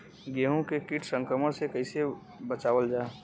गेहूँ के कीट संक्रमण से कइसे बचावल जा?